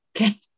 Okay